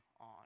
on